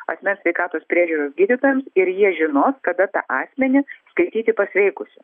asmens sveikatos priežiūros gydytojams ir jie žinos kada tą asmenį skaityti pasveikusiu